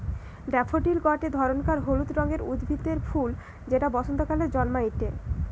daffodil গটে ধরণকার হলুদ রঙের উদ্ভিদের ফুল যেটা বসন্তকালে জন্মাইটে